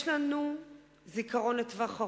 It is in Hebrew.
יש לנו זיכרון לטווח ארוך,